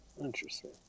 interesting